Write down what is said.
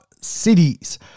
cities